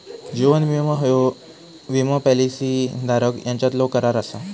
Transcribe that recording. जीवन विमो ह्यो विमो पॉलिसी धारक यांच्यातलो करार असा